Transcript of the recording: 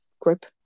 group